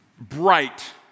bright